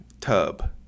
tub